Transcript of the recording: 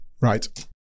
Right